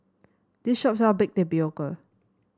this shop sell Baked Tapioca